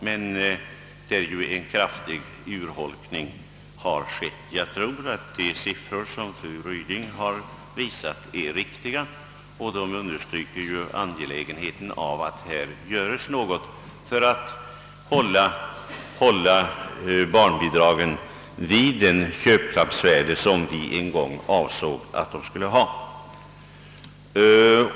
Det är ju en kraftig urholkning som har skett. Jag tror att de siffror fru Ryding redovisade är riktiga. De understryker angelägenheten av att det görs någonting för att behålla barnbidragen vid det köpkraftsvärde som vi en gång avsåg att de skulle ha.